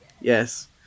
Yes